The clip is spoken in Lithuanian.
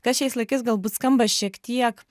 kas šiais laikais galbūt skamba šiek tiek